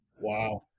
Wow